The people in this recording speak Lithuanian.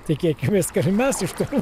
tikėkimės kad mes iš to rū